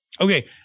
Okay